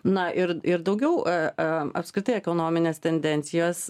na ir ir daugiau a a apskritai ekonominės tendencijos